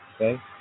Okay